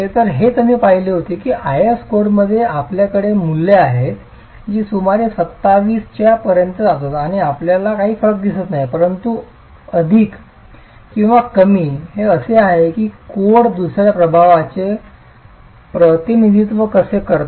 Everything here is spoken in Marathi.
तर हेच आम्ही पाहिले होते आणि IS कोडमध्ये आपल्याकडे मूल्ये आहेत जी सुमारे 27 च्या पर्यंत जातात आणि आपल्याला काही फरक दिसतात परंतु अधिक किंवा कमी हे असे आहे की कोड हे दुसर्या प्रभावाचे प्रतिनिधित्व कसे करतात